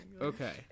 Okay